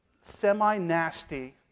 semi-nasty